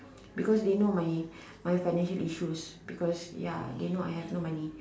because they know my my financial issues because ya they know I have no money